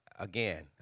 Again